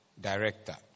Director